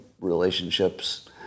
relationships